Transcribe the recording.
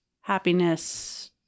happiness